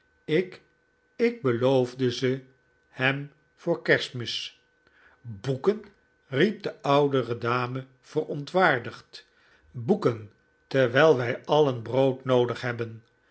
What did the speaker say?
ik ik beloofde ze hem voor kerstmis boeken riep de oudere dame verontwaardigd boeken terwijl wij alien brood noodig hebben